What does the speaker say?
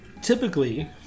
Typically